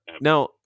Now